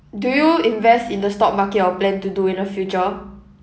do you invest in the stock market or plan to do in the future